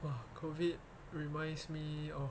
!wah! COVID reminds me of